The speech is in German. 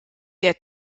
der